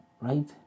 right